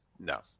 No